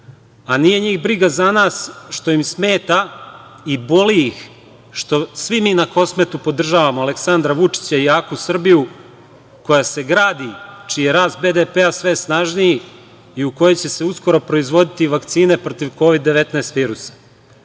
a nije njih briga za nas što im smeta i boli ih što svi mi na Kosmetu podržavamo Aleksandra Vučića i jaku Srbiju koja se gradi, znači rast BDP sve snažniji i u kojoj će se uskoro proizvodi vakcine protiv Kovid 19 virusa.